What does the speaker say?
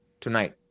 tonight